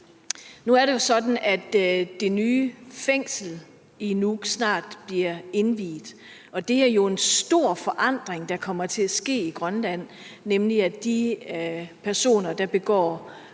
Nu er det sådan, at det nye fængsel i Nuuk snart bliver indviet, og det er jo en stor forandring, der kommer til at ske i Grønland, nemlig ved at de personer, der begår